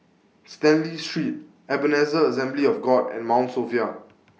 Stanley Street Ebenezer Assembly of God and Mount Sophia